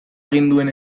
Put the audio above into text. aginduen